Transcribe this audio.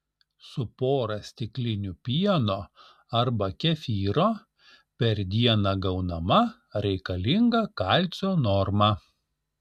su pora stiklinių pieno arba kefyro per dieną gaunama reikalinga kalcio norma